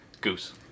goose